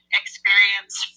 experience